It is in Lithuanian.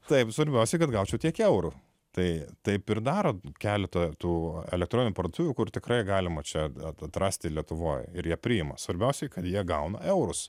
taip svarbiausia kad gaučiau tiek eurų tai taip ir daro keletą tų elektroninių parduotuvių kur tikrai galima čia atrasti lietuvoje ir jie priima svarbiausia kad jie gauna eurus